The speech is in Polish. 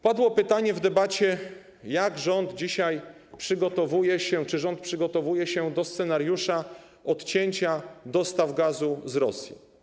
Padło pytanie w debacie, jak rząd dzisiaj przygotowuje się, czy rząd przygotowuje się do scenariusza odcięcia dostaw gazu z Rosji.